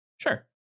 Sure